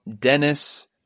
Dennis